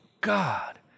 God